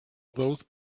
those